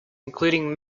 including